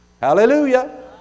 Hallelujah